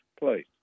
please